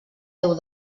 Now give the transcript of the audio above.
déu